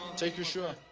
take your shoe off.